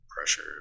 pressure